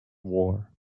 war